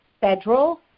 federal